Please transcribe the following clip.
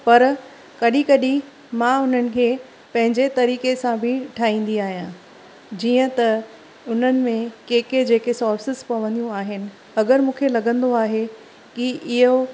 पर कॾहिं कॾहिं मां उन्हनि खे पंहिंजे तरीके सां बि ठाहींदी आहियां जीअं त उन्हनि में के के जेके सॉसेस पवंदियूं आहिनि अॻरि मूंखे लॻंदो आहे की इहो